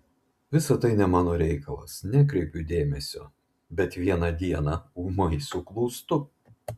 visa tai ne mano reikalas nekreipiu dėmesio bet vieną dieną ūmai suklūstu